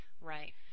right